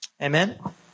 Amen